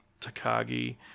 Takagi